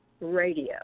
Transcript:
radio